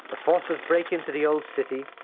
the forces break into the old city,